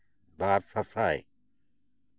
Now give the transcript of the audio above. ᱵᱟᱨ ᱥᱟᱥᱟᱭ